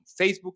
Facebook